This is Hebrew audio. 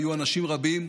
היו אנשים רבים,